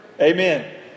Amen